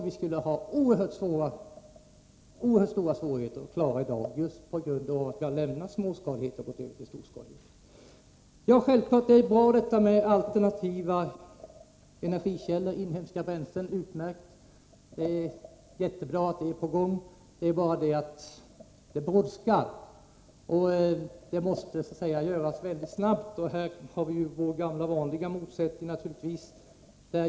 Vi skulle ha oerhört stora svårigheter att klara en sådan situation i dag just på grund av att vi har lämnat småskaligheten och övergått till storskalighet. Självfallet är det bra med alternativa energikällor; inhemska bränslen är utmärkta. Det är mycket bra att de är på väg. Det är bara det att det brådskar, och vi måste göra någonting mycket snabbt. På denna punkt har vi naturligtvis kvar vår gamla vanliga motsättning.